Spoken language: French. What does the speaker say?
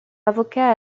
avocat